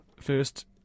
first